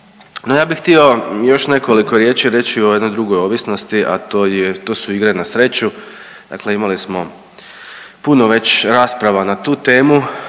ja bih htio još nekoliko riječi reći o jednoj drugoj ovisnosti a to su igre na sreću. Dakle, imali smo puno već rasprava na tu temu